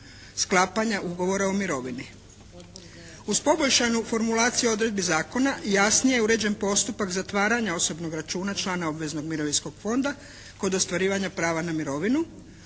sklapanja Ugovora o mirovini. Uz poboljšanu formulaciju odredbi zakona jasnije je uređen postupak zatvaranja osobnog računa člana obveznog Mirovinskog fonda kod ostvarivanja prava na mirovinu.